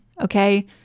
Okay